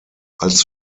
als